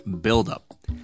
buildup